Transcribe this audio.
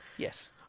Yes